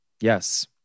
Yes